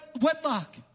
wedlock